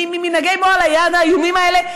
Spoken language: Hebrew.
ממנהגי מועל היד האיומים האלה.